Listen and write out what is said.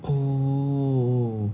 oh